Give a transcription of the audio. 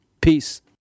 Peace